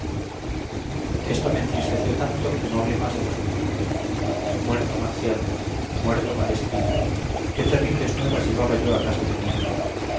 esto me entristeció tanto que no hablé más del asunto muerto marcial muerto malespina qué terribles nuevas llevaba yo a casa de mi amo